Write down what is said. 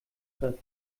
griff